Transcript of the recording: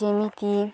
ଯେମିତି